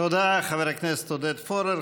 תודה, חבר הכנסת עודד פורר.